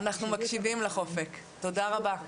אנחנו מקשיבים לך אופק, תודה רבה.